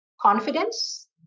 Confidence